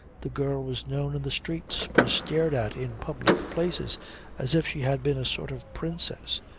the girl was known in the streets, was stared at in public places as if she had been a sort of princess,